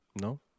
No